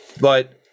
But-